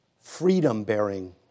freedom-bearing